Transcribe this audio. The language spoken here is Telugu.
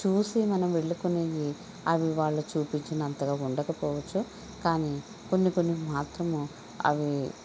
చూసి మనం వెళ్ళి కొనేది అవి వాళ్ళు చూపించినంతగా ఉండకపోవచ్చు కానీ కొన్ని కొన్ని మాత్రము అవి